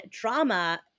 drama